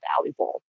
valuable